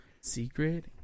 Secret